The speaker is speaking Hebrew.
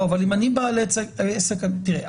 תראה,